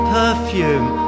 perfume